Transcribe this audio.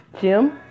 Jim